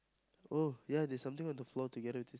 oh ya there's something on the floor together with this